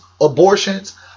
abortions